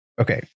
okay